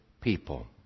people